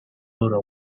loro